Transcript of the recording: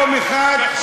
ביום אחד.